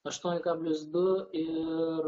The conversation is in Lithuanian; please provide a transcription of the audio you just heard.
aštuoni kablis du ir